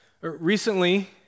Recently